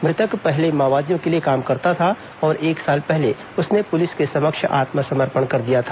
मृतक पहले माओवादियों के लिए काम करता था और एक साल पहले उसने पुलिस के समक्ष आत्मसमर्पण कर दिया था